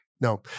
No